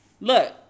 look